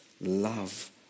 love